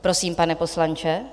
Prosím, pane poslanče.